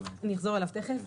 אחזור אליו תיכף.